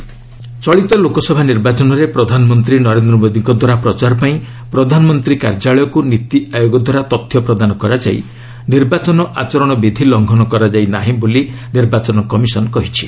EC Niti Aayog ଚଳିତ ଲୋକସଭା ନିର୍ବାଚନରେ ପ୍ରଧାନମନ୍ତ୍ରୀ ନରେନ୍ଦ୍ର ମୋଦିଙ୍କଦ୍ୱାରା ପ୍ରଚାର ପାଇଁ ପ୍ରଧାନମନ୍ତ୍ରୀ କାର୍ଯ୍ୟାଳୟକୁ ନୀତି ଆୟୋଗଦ୍ୱାରା ତଥ୍ୟ ପ୍ରଦାନ କରାଯାଇ ନିର୍ବାଚନ ଆଚରଣ ବିଧି ଲଙ୍ଘନ କରାଯାଇ ନାହିଁ ବୋଲି ନିର୍ବାଚନ କମିଶନ୍ କହିଛି